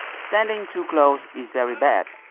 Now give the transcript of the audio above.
standing too close is very bad.